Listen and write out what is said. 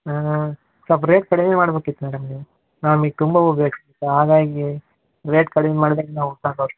ಹಾಂ ಸ್ವಲ್ಪ್ ರೇಟ್ ಕಡಿಮೆ ಮಾಡ್ಬೇಕಿತ್ತು ಮೇಡಮ್ ನೀವು ನಮಗ್ ತುಂಬ ಹೂ ಬೇಕಾಗಿತ್ತು ಹಾಗಾಗಿ ರೇಟ್ ಕಡಿಮೆ ನಾವು